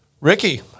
Ricky